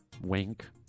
Wink